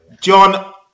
John